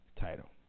title